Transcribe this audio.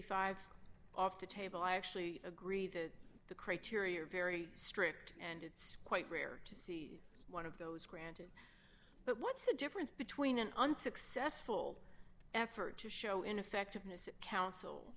five off the table i actually agree that the criteria are very strict and it's quite rare to see one of those quotes but what's the difference between an unsuccessful effort to show ineffectiveness of coun